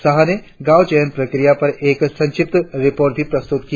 साहा ने गांव चयन प्रक्रिया पर एक संक्षिप्त रिर्पोट भी प्रस्तुत की